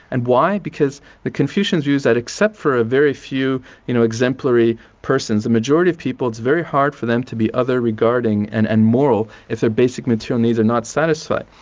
and why? because the confucians use that except for a very few you know exemplary persons, the majority of people it's very hard for them to be other regarding and and moral if their basic material needs are not satisfied.